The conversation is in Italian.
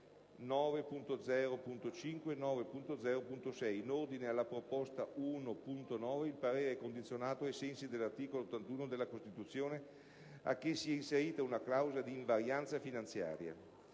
9.0.5 e 9.0.6. In ordine alla proposta 1.9 il parere è condizionato ai sensi dell'articolo 81 della Costituzione a che sia inserita una clausola di invarianza finanziaria.